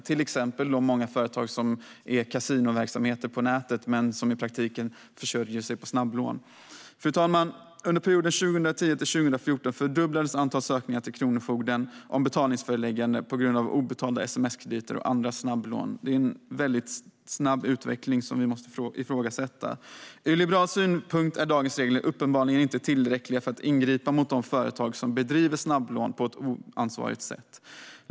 Det gäller till exempel de många företag som bedriver kasinoverksamhet på nätet men som i praktiken försörjer sig på snabblån. Fru talman! Under perioden 2010-2014 fördubblades antalet ansökningar till kronofogden om betalningsföreläggande på grund av obetalade sms-krediter och andra snabblån. Det är en väldigt snabb utveckling, och den måste vi ifrågasätta. Ur liberal synpunkt är dagens regler uppenbarligen inte tillräckliga för att ingripa mot de företag som bedriver snabblån på ett oansvarigt sätt.